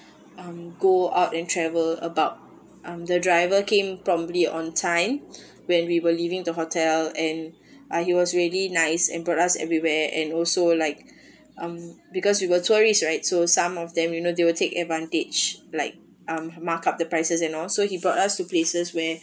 um go out and travel about um the driver came promptly on time when we were leaving the hotel and uh he was really nice and brought us everywhere and also like um because we were tourists right so some of them you know they will take advantage like um mark up the prices and all so he brought us to places where